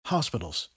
Hospitals